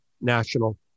national